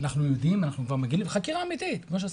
- אנחנו יודעים, אנחנו כבר מבינים.